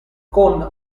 con